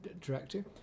director